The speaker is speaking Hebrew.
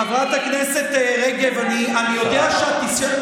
חברת הכנסת רגב, אני יודע, השרה.